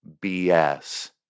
BS